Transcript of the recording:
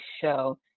show